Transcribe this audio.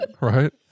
right